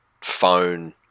phone